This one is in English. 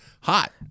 hot